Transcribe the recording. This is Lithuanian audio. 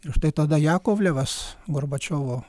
ir štai tada jakovlevas gorbačiovo